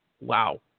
Wow